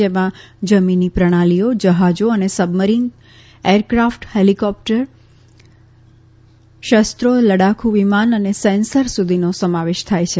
જેમાં જમીની પ્રણાલીઓ જહાજો અને સબમરીન તેમજ એરક્રાફટ હેલીકોપ્ટર શસ્ત્રો લડાખુ વિમાન અને સેન્સર સુધીનો સમાવેશ થાય છે